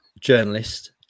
journalist